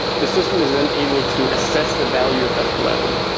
the system is then able to assess the value of that collateral.